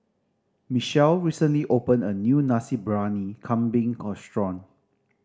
Michelle recently opened a new Nasi Briyani Kambing